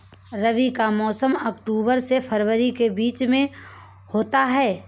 रबी का मौसम अक्टूबर से फरवरी के बीच में होता है